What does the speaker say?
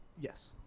Yes